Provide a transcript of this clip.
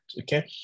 okay